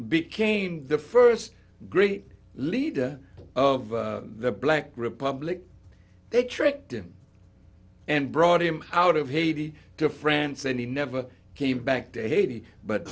became the first great leader of the black republic they tricked him and brought him out of haiti to france and he never came back to haiti but